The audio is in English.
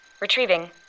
Retrieving